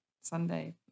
sunday